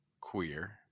Queer